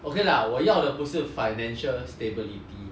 okay lah 我要的不是 financial stability